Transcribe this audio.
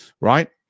Right